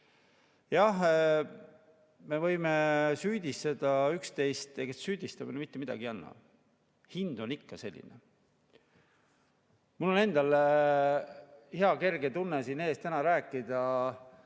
Jah, me võime süüdistada üksteist, aga ega see süüdistamine mitte midagi ei anna. Hind on ikka selline. Mul on endal hea kerge tunne siin ees täna rääkida,